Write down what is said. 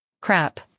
Crap